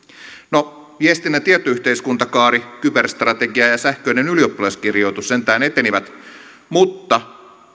no viestinnän tietoyhteiskuntakaari kyberstrategia ja sähköinen ylioppilaskirjoitus sentään etenivät mutta